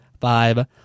five